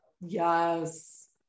Yes